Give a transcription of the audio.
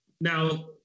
now